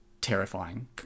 terrifying